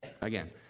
Again